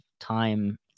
time